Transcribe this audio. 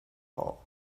hole